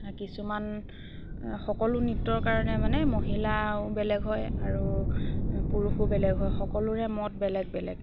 কিছুমান সকলো নৃত্যৰ কাৰণে মানে মহিলাও বেলেগ হয় আৰু পুৰুষো বেলেগ হয় সকলোৰে মদ বেলেগ বেলেগ